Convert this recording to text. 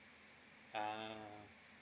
a'ah